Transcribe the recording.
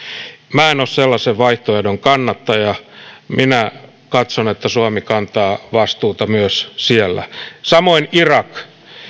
minä en ole sellaisen vaihtoehdon kannattaja minä katson että suomi kantaa vastuuta myös siellä samoin irak